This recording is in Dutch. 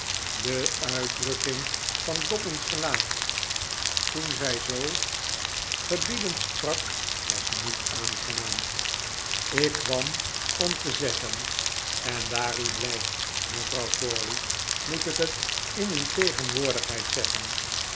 de uitdrukking van dobbin's gelaat toen zij zoo gebiedend sprak was niet aangenaam ik kwam om te zeggen en daar u blijft mevrouw crawley moet ik het in uw tegenwoordigheid zeggen